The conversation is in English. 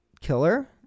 killer